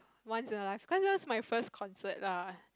once in a life cause this one is my first concert lah